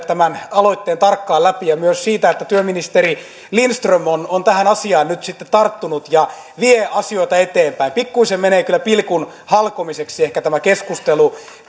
tämän aloitteen tarkkaan läpi ja kiitos myös siitä että työministeri lindström on on tähän asiaan nyt sitten tarttunut ja vie asioita eteenpäin pikkuisen menee kyllä pilkun halkomiseksi ehkä tämä keskustelu